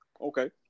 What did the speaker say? Okay